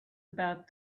about